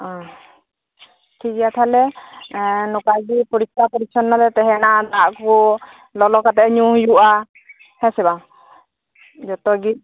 ᱴᱷᱤᱠ ᱜᱮᱭᱟ ᱛᱟᱦᱚᱞᱮ ᱱᱚᱠᱟ ᱜᱮ ᱯᱚᱨᱤᱠᱷᱟ ᱯᱚᱨᱤᱪᱪᱷᱚᱱᱱᱚ ᱨᱮ ᱛᱟᱸᱦᱮᱱᱟᱢ ᱫᱟᱜ ᱠᱚ ᱞᱚᱞᱚ ᱠᱟᱛᱮ ᱱᱩ ᱦᱩᱭᱩᱜᱼᱟ ᱦᱮᱸ ᱥᱮ ᱵᱟᱝ ᱡᱚᱛᱚ ᱜᱤ